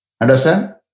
Understand